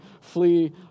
flee